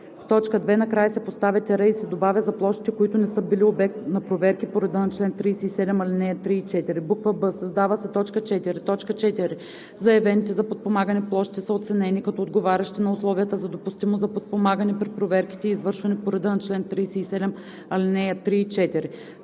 в т. 2 накрая се поставя тире и се добавя „за площите, които не са били обект на проверки по реда на чл. 37, ал. 3 и 4“; б) създава се т. 4: „4. заявените за подпомагане площи са оценени като отговарящи на условията за допустимост за подпомагане при проверките, извършвани по реда на чл. 37, ал. 3 и 4.“